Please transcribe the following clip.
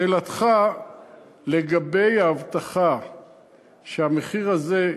שאלתך לגבי ההבטחה שהמחיר הזה,